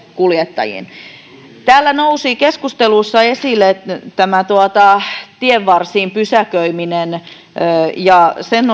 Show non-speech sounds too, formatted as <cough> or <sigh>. kuljettajiin täällä nousi keskustelussa esille tienvarsiin pysäköiminen sen <unintelligible>